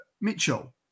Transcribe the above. Mitchell